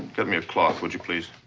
get me a cloth, would you, please?